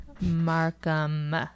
Markham